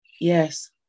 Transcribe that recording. Yes